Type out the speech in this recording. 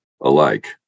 alike